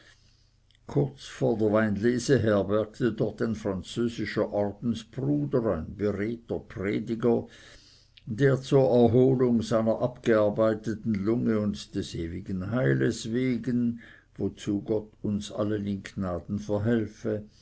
kurz vor der weinlese herbergte dort ein französischer ordensbruder ein beredter prediger der zur erholung seiner abgearbeiteten lunge und des ewigen heiles wegen wozu gott uns allen in gnaden verhelfe